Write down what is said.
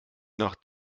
nach